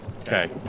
Okay